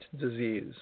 disease